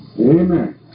Amen